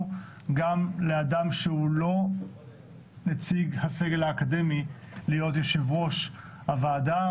גם לאדם שהוא לא נציג הסגל האקדמי להיות יושב-ראש הוועדה.